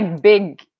big